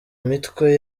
mitwe